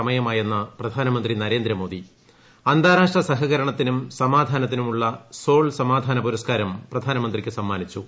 സമയമായെന്ന് പ്രധാനമന്ത്രി നരേന്ദ്ര മോദി അന്താരാഷ്ട്ര സഹകരണത്തിനും സമാധാനത്തിനുമുള്ള സോൾ സമാധാനപുരസ്ക്കാരം പ്രധാനമന്ത്രിക്ക് സമ്മാനിച്ചു